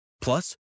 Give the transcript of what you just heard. Plus